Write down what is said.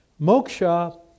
moksha